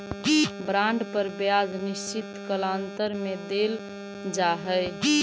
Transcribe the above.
bond पर ब्याज निश्चित कालांतर में देल जा हई